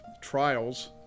Trials